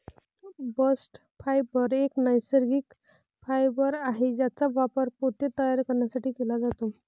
bast fibre एक नैसर्गिक fibre आहे ज्याचा वापर पोते तयार करण्यासाठी केला जातो